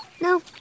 No